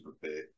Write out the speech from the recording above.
prepare